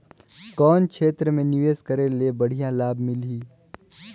कौन क्षेत्र मे निवेश करे ले बढ़िया लाभ मिलही?